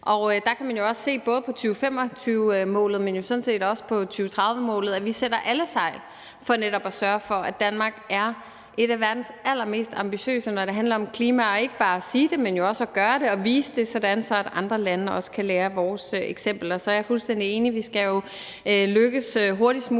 og man kan jo også på både 2025-målet, men sådan set også på 2030-målet, se, at vi sætter alle sejl til for netop at sørge for, at Danmark er et af verdens allermest ambitiøse lande, når det handler om klima, og ikke bare siger det, men også gør det og viser det, sådan at andre lande også kan lære af vores eksempel. Så er jeg fuldstændig enig i, at vi skal lykkes hurtigst muligt